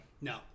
No